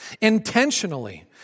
intentionally